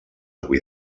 avui